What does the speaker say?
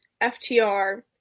FTR